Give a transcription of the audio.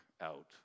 out